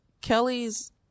Kelly's